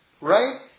right